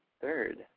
third